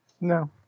No